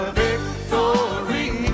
victory